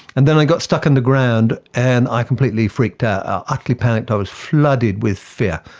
and then i got stuck in the ground and i completely freaked out, i utterly panicked, i was flooded with fear.